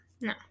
No